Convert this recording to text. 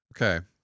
Okay